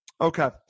okay